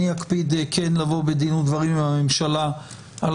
אני אקפיד כן לבוא בדין ודברים עם הממשלה על